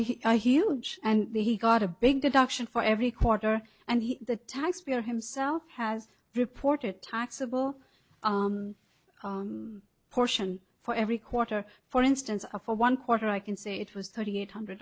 a huge and he got a big deduction for every quarter and he the taxpayer himself has reported taxable portion for every quarter for instance for one quarter i can say it was thirty eight hundred